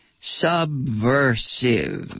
subversive